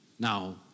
Now